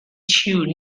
chewed